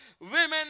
Women